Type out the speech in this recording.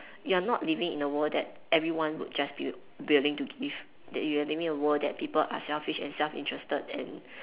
you're not living in a world that everyone would just be wi~ willing to give that you are living in a world that people are selfish and self interested and